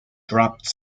dropped